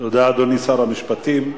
תודה, אדוני שר המשפטים.